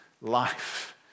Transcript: life